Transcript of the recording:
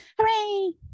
hooray